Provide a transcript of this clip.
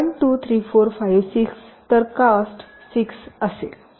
1 2 3 4 5 6 तर कॉस्ट 6 असेल